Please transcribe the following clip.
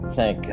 Thank